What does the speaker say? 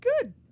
good